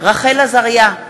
רחל עזריה,